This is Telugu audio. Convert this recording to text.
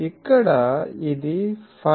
ఇక్కడ ఇది 5